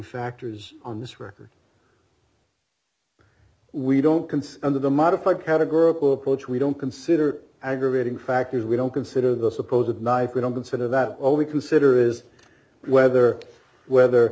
factors on this record we don't consider the modified categorical approach we don't consider aggravating factors we don't consider the supposed knife we don't consider that all we consider is whether whether